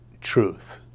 truth